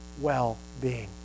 well-being